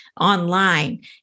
online